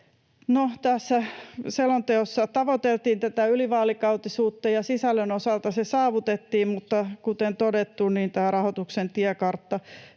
tässä selonteossa tavoiteltiin ylivaalikautisuutta, ja sisällön osalta se saavutettiin, mutta kuten todettu, tämä rahoituksen tiekartta